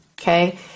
okay